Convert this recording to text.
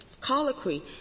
colloquy